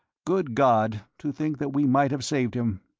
good god, to think that we might have saved him!